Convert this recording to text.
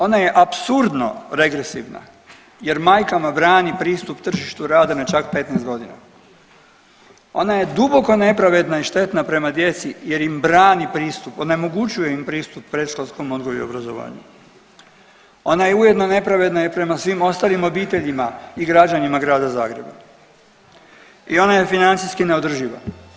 Ona je, ona je apsurdno represivna jer majkama brani pristup tržištu rada na čak 15.g., ona je duboko nepravedna i štetna prema djeci jer im brani pristup, onemogućuje im pristup predškolskom odgoju i obrazovanju, ona je ujedno nepravedna i prema svim ostalim obiteljima i građanima Grada Zagreba i ona je financijski neodrživa.